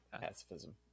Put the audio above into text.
pacifism